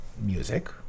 music